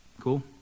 Cool